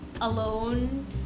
alone